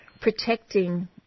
protecting